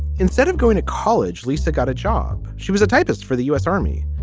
instead of going to college, lisa got a job, she was a typist for the u s. army,